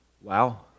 Wow